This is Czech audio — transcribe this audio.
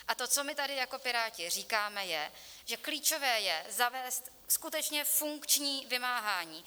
A to, co my tady jako Piráti, říkáme, že klíčové je zavést skutečně funkční vymáhání.